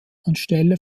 anstelle